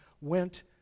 went